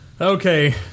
Okay